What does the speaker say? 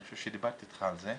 אני חושב שדיברתי איתך על זה.